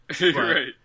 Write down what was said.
Right